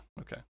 okay